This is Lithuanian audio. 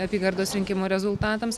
apygardos rinkimų rezultatams